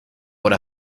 por